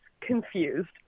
confused